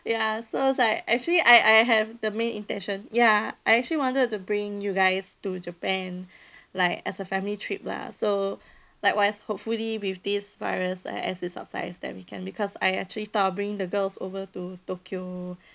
ya so it's like actually I I have the main intention ya I actually wanted to bring you guys to japan like as a family trip lah so likewise hopefully with this virus as it subside that we can because I actually thought of bringing the girls over to tokyo